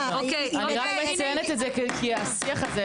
אני רק מציינת את זה כי השיח הזה,